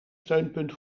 steunpunt